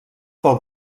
pel